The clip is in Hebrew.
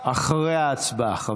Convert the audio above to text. היא אחרי ההצבעה?